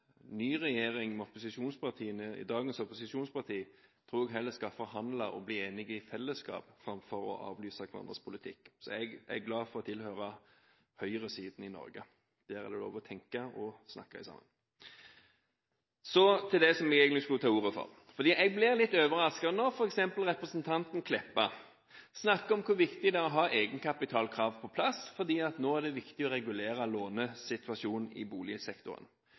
ny regjering med dagens opposisjonspartier tror jeg heller skal forhandle og bli enige i fellesskap, framfor å avlyse hverandres politikk. Så jeg er glad for å tilhøre høyresiden i Norge. Der er det lov til å tenke og til å snakke sammen. Så til det jeg egentlig skulle ta ordet for: Jeg ble litt overrasket da f.eks. representanten Meltveit Kleppa snakket om hvor viktig det var å ha egenkapitalkrav på plass, for nå var det viktig å regulere lånesituasjonen i boligsektoren.